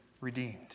redeemed